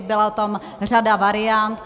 Byla tam řada variant.